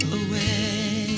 away